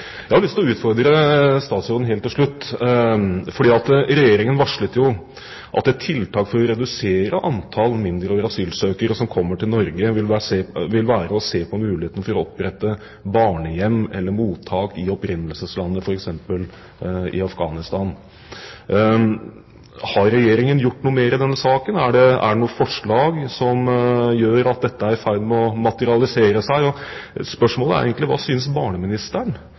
Jeg har lyst til å utfordre statsråden helt til slutt. Regjeringen varslet jo at et tiltak for å redusere antallet mindreårige asylsøkere som kommer til Norge, vil være å se på muligheten til å opprette barnehjem eller mottak i opprinnelseslandet, f.eks. i Afghanistan. Har Regjeringen gjort noe mer i denne saken? Er det noe forslag som gjør at dette er i ferd med å materialisere seg? Spørsmålet er egentlig: Hva synes barneministeren